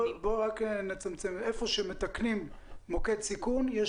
היכן שמתקנים מוקד סיכון יש